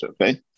okay